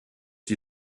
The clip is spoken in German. die